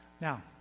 Now